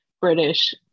British